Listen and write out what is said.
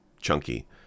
chunky